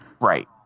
Right